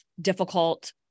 difficult